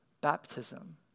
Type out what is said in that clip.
baptism